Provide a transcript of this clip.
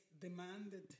demanded